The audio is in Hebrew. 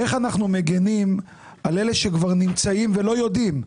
איך אנחנו מגנים על אלה שכבר נמצאים ולא יודעים?